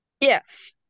Yes